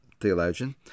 theologian